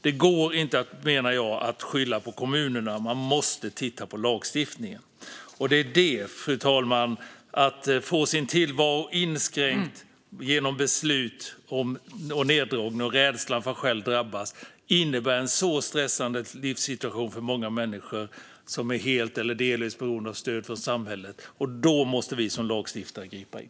Det går inte, menar jag, att skylla på kommunerna. Man måste titta på lagstiftningen. Fru talman! Att få sin tillvaro inskränkt genom beslut om neddragning eller rädsla för att själv drabbas innebär en stressande livssituation för många människor som är helt eller delvis beroende av stöd från samhället. Då måste vi som lagstiftare gripa in.